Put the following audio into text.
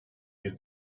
bir